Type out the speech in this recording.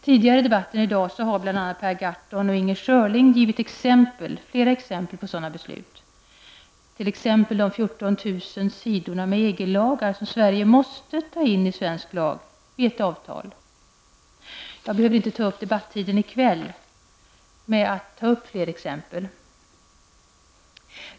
Tidigare i debatten har bl.a. Per Gahrton och Inger Schörling givit flera exempel på sådana beslut, t.ex. de 14 000 sidorna EG-lagar som Sverige måste ta in som svensk lag vid ett avtal. Jag behöver inte ta upp debattiden i kväll med att lämna fler exempel.